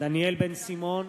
דניאל בן-סימון,